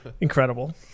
Incredible